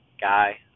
guy